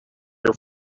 your